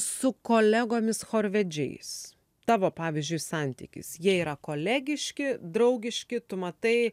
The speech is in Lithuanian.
su kolegomis chorvedžiais tavo pavyzdžiui santykis jie yra kolegiški draugiški tu matai